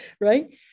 right